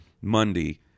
Monday